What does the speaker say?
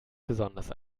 besonders